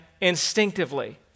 instinctively